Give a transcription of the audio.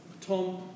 Tom